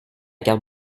carte